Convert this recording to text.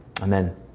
Amen